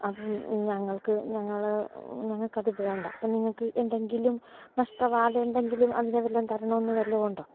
അപ്പം ഞങ്ങള്ക്ക് ഞങ്ങൾ ഞങ്ങൾക്കത് വേണ്ട അപ്പം നിങ്ങൾക്ക് എന്തെങ്കിലും നഷ്ടമോ അതെന്തെങ്കിലും അതിന് വല്ലതും തരണമെന്നോ വല്ലതും ഉണ്ടോ